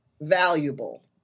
valuable